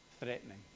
threatening